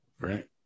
right